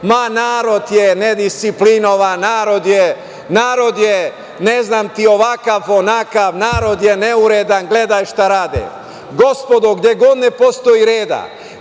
ma narod je nedisciplinovan, narod je, ne znam ti ovakav, onakav, narod je neuredan, gledaj šta rade. Gospodo, gde god ne postoji reda,